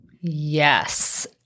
Yes